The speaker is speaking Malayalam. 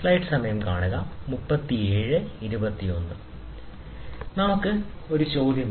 നമുക്ക് ഇത് ഒരു ചോദ്യമായി എടുക്കാം